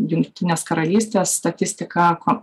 jungtinės karalystės statistiką